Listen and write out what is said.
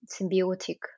symbiotic